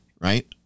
right